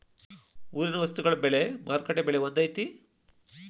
ಊರಿನ ವಸ್ತುಗಳ ಬೆಲೆ ಮಾರುಕಟ್ಟೆ ಬೆಲೆ ಒಂದ್ ಐತಿ?